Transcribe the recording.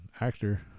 actor